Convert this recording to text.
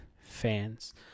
fans